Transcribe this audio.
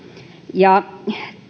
ja